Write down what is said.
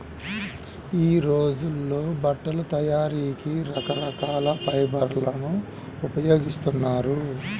యీ రోజుల్లో బట్టల తయారీకి రకరకాల ఫైబర్లను ఉపయోగిస్తున్నారు